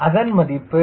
அதன் மதிப்பு CL 0